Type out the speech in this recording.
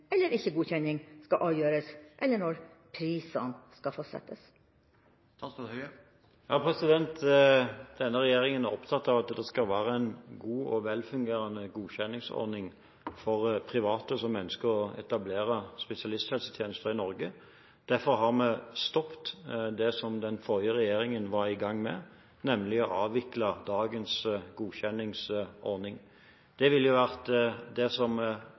eller ikke godkjenning skal avgjøres, eller når prisene skal fastsettes? Denne regjeringen er opptatt av at det skal være en god og velfungerende godkjenningsordning for private som ønsker å etablere spesialisthelsetjenester i Norge. Derfor har vi stoppet det som den forrige regjeringen var i gang med, nemlig å avvikle dagens godkjenningsordning. Det ville jo vært det som